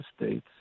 states